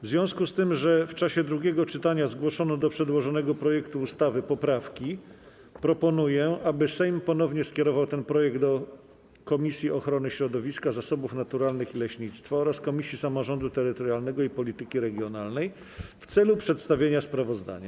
W związku z tym, że w czasie drugiego czytania zgłoszono do przedłożonego projektu ustawy poprawki, proponuję, aby Sejm ponownie skierował ten projekt do Komisji Ochrony Środowiska, Zasobów Naturalnych i Leśnictwa oraz Komisji Samorządu Terytorialnego i Polityki Regionalnej w celu przedstawienia sprawozdania.